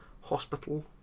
Hospital